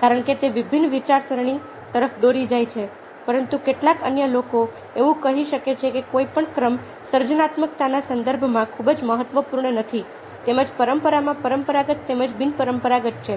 કારણ કે તે વિભિન્ન વિચારસરણી તરફ દોરી જાય છે પરંતુ કેટલાક અન્ય લોકો એવું કહી શકે છે કે કોઈ પણ ક્રમ સર્જનાત્મકતાના સંદર્ભમાં ખૂબ જ મહત્વપૂર્ણ નથી તેમજ પરંપરામાં પરંપરાગત તેમજ બિનપરંપરાગત છે